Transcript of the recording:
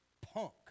punk